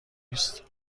است